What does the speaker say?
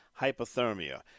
hypothermia